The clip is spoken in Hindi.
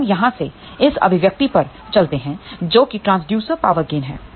तो हम यहाँ से इस अभिव्यक्ति पर चलते हैं जो कीट्रांसड्यूसर पावर गेन है